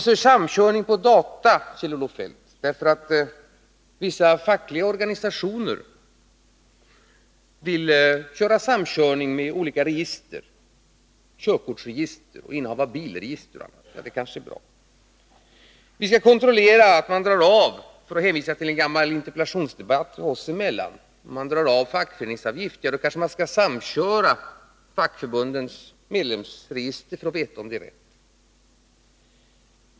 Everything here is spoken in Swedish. Om vissa fackliga organisationer vill använda sig av samkörning med olika register, körkortsregister och register över bilinnehav — är det bra? Om vi skall kontrollera — för att hänvisa till en gammal interpellationsdebatt oss emellan — avdrag för fackföreningsavgift, då skall vi kanske samköra med fackförbundens medlemsregister för att veta om det är rätt.